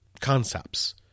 concepts